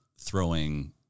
throwing